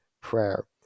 prayer